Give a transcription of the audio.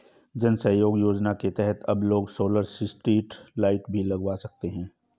जन सहयोग योजना के तहत अब लोग सोलर स्ट्रीट लाइट भी लगवा सकते हैं